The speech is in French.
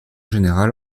général